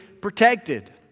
protected